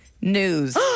news